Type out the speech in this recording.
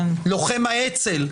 לוחם האצ"ל,